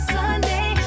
Sunday